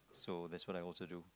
so that's what I also do